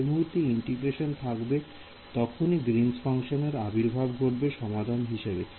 যে মুহূর্তে ইন্টিগ্রেশন থাকবে তখনই গৃন্স ফাংশন এর আবির্ভাব ঘটবে সমাধান হিসেবে